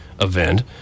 event